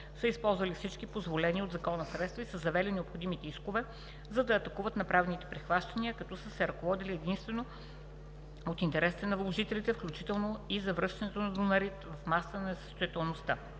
са използвали всички позволени от Закона средства и са завели необходимите искове, за да атакуват направените прихващания, като са се ръководили единствено от интересите на вложителите, включително и за връщането на „Дунарит“ в масата на несъстоятелността.